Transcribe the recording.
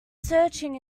searching